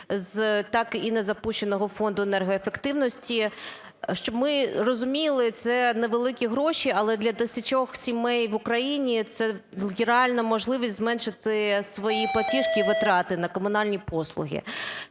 так і незапущеного фонду енергоефективності. Щоб ми розуміли, це невеликі гроші, але для тисячі сімей в Україні це реальна можливість зменшити в своїй платіжці витрати на комунальні послуги.